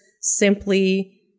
simply